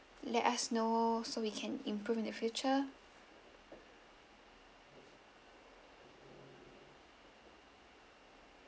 let us know so we can improve in the future